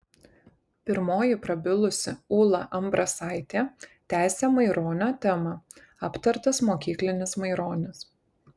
pirmoji prabilusi ūla ambrasaitė tęsė maironio temą aptartas mokyklinis maironis